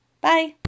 Bye